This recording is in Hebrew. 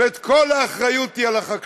זאת אומרת, כל האחריות היא על החקלאות,